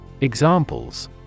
Examples